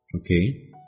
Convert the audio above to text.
Okay